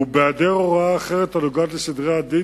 ובהעדר הוראה אחרת הנוגעת לסדרי הדין,